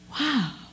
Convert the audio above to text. wow